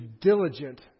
diligent